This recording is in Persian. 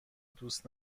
دوست